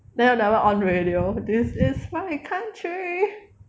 then you all never on radio this is my country